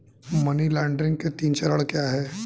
Money laundering के तीन चरण क्या हैं?